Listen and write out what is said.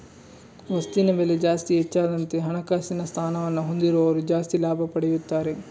ವಸ್ತುವಿನ ಬೆಲೆ ಜಾಸ್ತಿ ಹೆಚ್ಚಾದಂತೆ ಹಣಕಾಸಿನ ಸ್ಥಾನವನ್ನ ಹೊಂದಿದವರು ಜಾಸ್ತಿ ಲಾಭ ಪಡೆಯುತ್ತಾರೆ